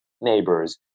neighbors